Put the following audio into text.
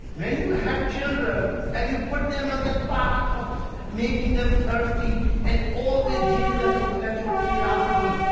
when you have children and you put them on the path of making them thirsty and always giving them intellectual curiosity,